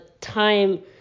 time